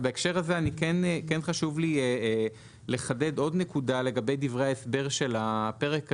בהקשר הזה כן חשוב לי לחדד עוד נקודה לגבי דברי ההסבר של הפרק הזה,